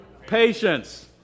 Patience